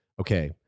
okay